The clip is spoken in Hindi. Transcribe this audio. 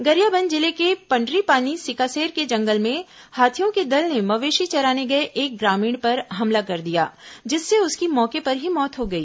गरियाबंद जिले के पंडरीपानी सिकासेर के जंगल में हाथियों के दल ने मवेशी चराने गए एक ग्रामीण पर हमला कर दिया जिससे उसकी मौके पर ही मौत हो गई